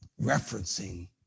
referencing